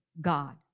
God